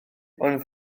ond